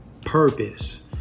purpose